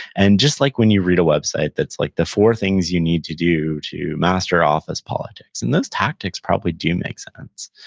and just like when you read a website that's like, the four things you need to do to master office politics, and those tactics probably do make sense,